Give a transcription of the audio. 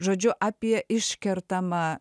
žodžiu apie iškertamą